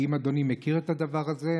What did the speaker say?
האם אדוני מכיר את הדבר הזה?